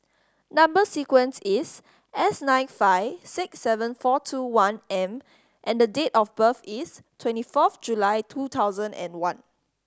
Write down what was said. number sequence is S nine five six seven four two one M and the date of birth is twenty fourth July two thousand and one